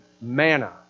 manna